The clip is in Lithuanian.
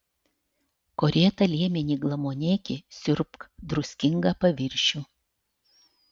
korėtą liemenį glamonėki siurbk druskingą paviršių